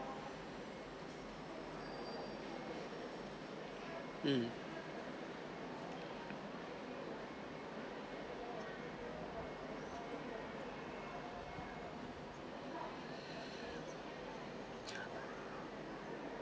um